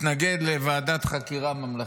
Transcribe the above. מתנגד לוועדת חקירה ממלכתית.